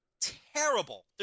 terrible